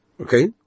okay